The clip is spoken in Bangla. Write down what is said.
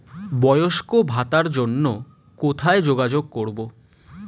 বয়স্ক ভাতার জন্য কোথায় যোগাযোগ করব?